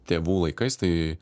tėvų laikais tai